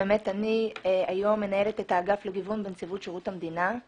אני היום מנהלת את האגף לגיוון בנציבות שירות המדינה.